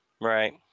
Right